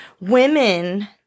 Women